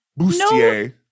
bustier